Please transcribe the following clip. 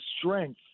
strength